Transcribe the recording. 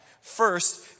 first